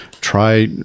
try